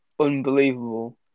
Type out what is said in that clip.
Unbelievable